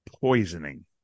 poisoning